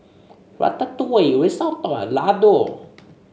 Ratatouille Risotto and Lado